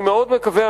אני מאוד מקווה,